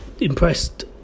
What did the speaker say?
impressed